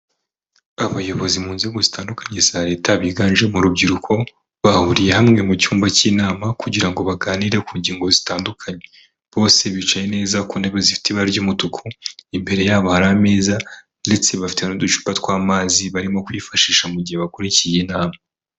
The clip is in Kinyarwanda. Abayobozi mu nzego zitandukanye za Leta biganjemo rubyiruko, bahuriye hamwe mu cyumba cy'inama kugira ngo baganire ku ngingo zitandukanye. Bose bicaye neza ku ntebe zifite ibara ry'umutuku, imbere yabo hari ameza ndetse bafite n'uducupa tw'amazi barimo kwifashisha mu gihe bakurikiye inama.